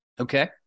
Okay